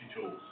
tools